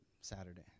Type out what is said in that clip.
Saturday